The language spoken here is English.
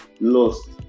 lost